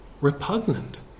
repugnant